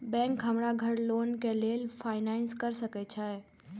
Bank हमरा घर loan के लेल फाईनांस कर सके छे?